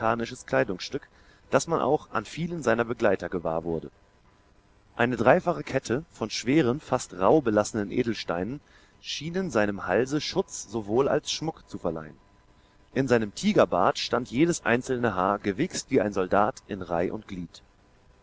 kleidungsstück das man auch an vielen seiner begleiter gewahr wurde eine dreifache kette von schweren fast rauh belassenen edelsteinen schienen seinem halse schutz sowohl als schmuck zu verleihen in seinem tigerbart stand jedes einzelne haar gewichst wie ein soldat in reih und glied